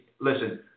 listen